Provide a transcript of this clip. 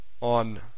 on